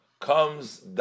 comes